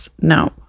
No